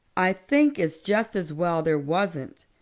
i think it's just as well there wasn't,